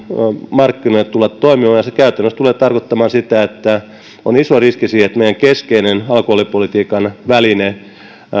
markkinoille toimimaan ja se käytännössä tulee tarkoittamaan sitä että on iso riski siihen että meidän keskeinen alkoholipolitiikan väline